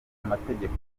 amategeko